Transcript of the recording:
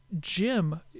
Jim